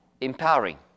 empowering